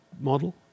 model